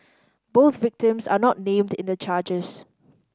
both victims are not named in the charges